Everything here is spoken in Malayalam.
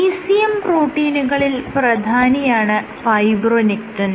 ECM പ്രോട്ടീനുകളിൽ പ്രധാനിയാണ് ഫൈബ്രോനെക്റ്റിൻ